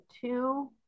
two